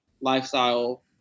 lifestyle